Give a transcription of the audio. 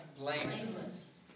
Blameless